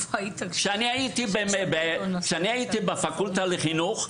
כשאני הייתי בפקולטה לחינוך,